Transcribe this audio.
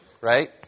Right